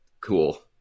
Cool